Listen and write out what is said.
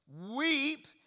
weep